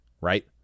right